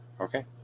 Okay